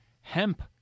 hemp